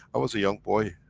i was a young boy.